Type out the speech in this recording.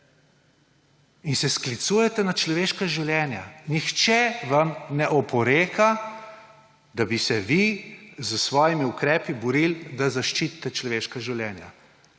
In se sklicujete na človeška življenja. Nihče vam ne oporeka, da bi se vi s svojimi ukrepi borili, da zaščitite človeška življenja.